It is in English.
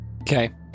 Okay